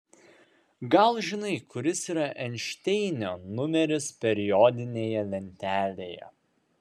gal žinai kuris yra einšteinio numeris periodinėje lentelėje